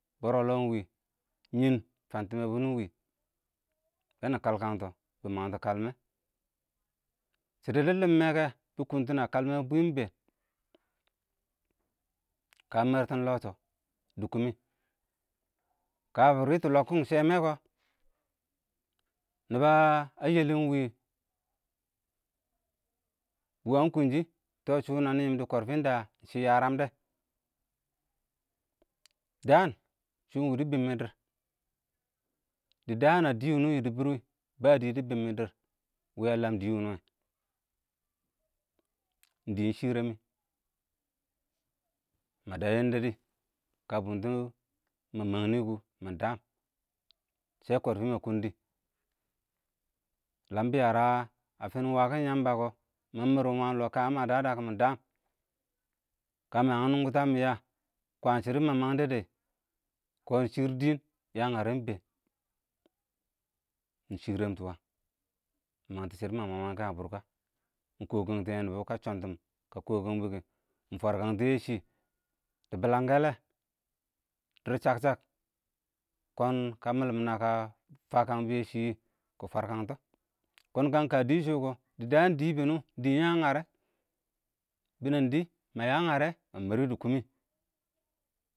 Bɔrɔlɔ ɪng wɪ,nɪn fəng tɪmɛ bɔɪng wɪ, bɛnə kəlkəntɔ bɪ məngtɔ kəlmɛ shɪdɪ dɪ lɪmmɛkɛ bɪ kʊntʊ ə kəlmɛ bwɪm ɪng bɛɛn kə ɪng mərtɪn lɔ shɔ dɪ kʊmɪ kə kə bɪrɪtʊ lɔkɔm shɛnɛ ɪng kɔ, nɪbə ə yɛl ɪng wɪɪ, wəng kʊnshɪ tɔ shʊ nə nənɪ yɪmbɔ kɔrfɪ ɪng də shɪ ɪng yərəm dɛ dəən ɪng shɪ wɪɪ bɪmmɪ dɪɪr, dɪ dəən ə dɪ wɪnɪ yɪdɪ bɪr wɪɪ, bə dɪ dɪ bɪmmɪ dɪr wɪɪ ə ləm dɪ wɪnʊ,ɪng dɪɪn ɪng shɪrɛmɛ, mə də yɛndɛrɪ, kə bʊndʊ mə məng nɪɪ kʊ mɪ dəəm, sɛ kɔrfɪ mə kʊndɪ ləəm bɪ yərə ə fɪɪn wəkɪn yəmbə kɔɔ, mə mərɪm ɪng wəng ɪng lɔɔ kə maꞌ dəɗə kʊ mɪdə, ɪng kə məyə ɪng nʊnkɔtokɔ ɪng yə, kə shɪr mə məng dɛ dɛ kɔ ɪng shɪr dɪɪn, yəən ngərɛ ɪng bɛɛn mɪ shɪrɛn tɔ mɪ məng shɪdɔ mə məng kɛ ə bʊrkən mɪ kɔkəngtɪn yɛ nɪbɔ kə shɔntɪn kə kɔ kəng bʊ kɛ mɪ fwər kəngtɔ yɛ shɪ dɪ bɪləng kɛ lɛ, dɪɪr sək sək kɔn ɪng mɪ lɪmləng kə fəkəngbʊ yɛ shɪ kʊ fwərkəntɔ kɔn kə ɪng dɪshʊ wʊ kɔ dɪ dəən dɪ bɪnʊ ɪng dɪ yəəm ngərɛ, bɪnɛn dɪ mə yə ɪng nyərɛ mə mərɪ dɪ kʊmɪ.